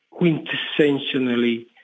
quintessentially